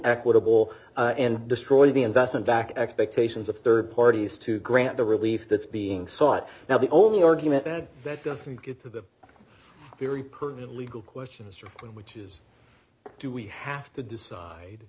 equitable ready and destroy the investment back expectations of rd parties to grant the relief ready that's being sought now the only argument that that doesn't get to the very permanent legal questions which is do we have to decide